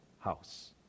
house